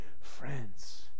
friends